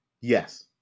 yes